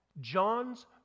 John's